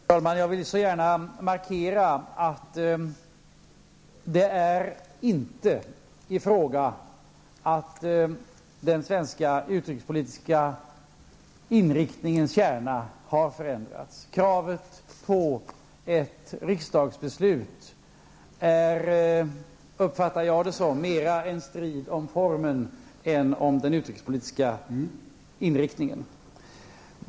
Herr talman! Jag vill så gärna markera att det inte är fråga om att den svenska utrikespolitiska inriktningens kärna har förändrats. Kravet på ett riksdagsbeslut är, uppfattar jag det som, mer en strid om formen än om den utrikespolitiska inriktningen.